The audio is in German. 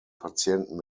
patienten